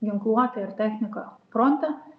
ginkluotę ir techniką fronte